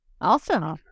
Awesome